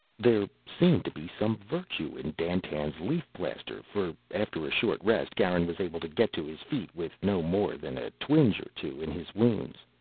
there seemed to be some virtue in dandtan's leaf plaster for, after a short rest, garin was able to get to his feet with no more than a twinge or two in his wounds.